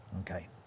Okay